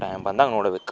time ಬಂದಾಗ ನೋಡ್ಬೇಕು